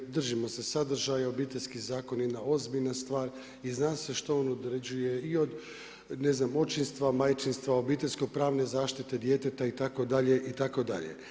Dakle držimo se sadržaja i Obiteljski zakon je jedna ozbiljna stvar i zna se šta on određuje i od ne znam očinstva, majčinstva, obiteljsko pravne zaštite djeteta itd., itd.